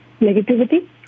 Negativity